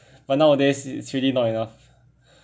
but nowadays it's really not enough